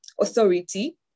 Authority